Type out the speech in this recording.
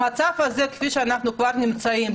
במצב הזה כפי שאנחנו כבר נמצאים,